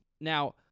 Now